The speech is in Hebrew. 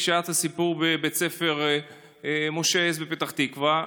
כשהיה הסיפור בבית הספר משה הס בפתח תקווה.